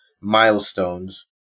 milestones